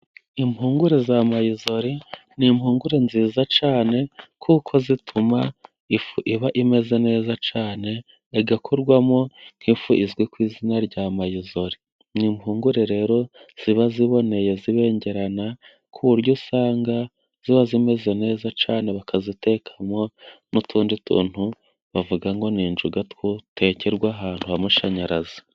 Impungure za marizori, ni impungure nziza cyane, kuko zituma ifu iba imeze neza cyane, igakorwamwo nk'ifu izwi ku izina rya mayizore. Ni impungure rero ziba ziboneye, zibengerana ku buryo usanga ziba zimeze neza cyane, bakazitekamo n'utundi tuntu bavuga ngo ni injuga zitekerwa ahantu h'amashanyarazi.